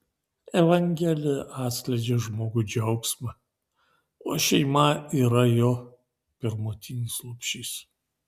evangelija atskleidžia žmogui džiaugsmą o šeima yra jo pirmutinis lopšys